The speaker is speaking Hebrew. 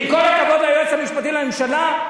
עם כל הכבוד ליועץ המשפטי לממשלה,